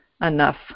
enough